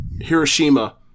Hiroshima